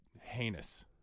heinous